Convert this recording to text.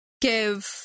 give